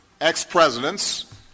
ex-presidents